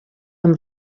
amb